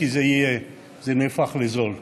כי זה נהפך לזול: